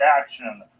action